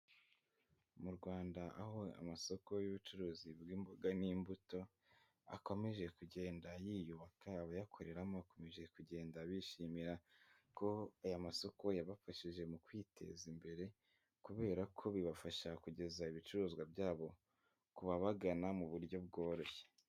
Mu Rwanda aho amasoko y'ubucuruzi bw'imboga n'imbuto akomeje kugenda yiyubaka, abayakoreramo bakomeje kugenda bishimira ko aya masoko yabafashije mu kwiteza imbere, kubera ko bibafasha kugeza ibicuruzwa byabo kubabagana mu buryo bworoshye.